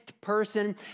person